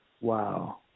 wow